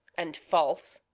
and false.